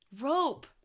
rope